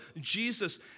Jesus